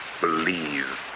believe